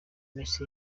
messi